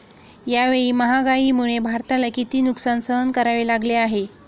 यावेळी महागाईमुळे भारताला किती नुकसान सहन करावे लागले आहे?